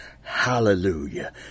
hallelujah